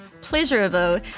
pleasurable